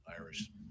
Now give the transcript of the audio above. irish